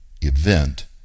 event